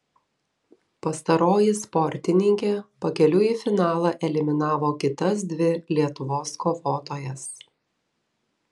pastaroji sportininkė pakeliui į finalą eliminavo kitas dvi lietuvos kovotojas